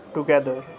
Together